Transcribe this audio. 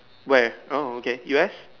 where oh okay U_S